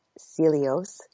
Cilios